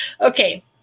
Okay